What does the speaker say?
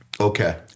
Okay